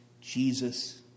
Jesus